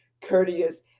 courteous